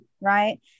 right